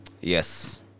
yes